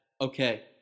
okay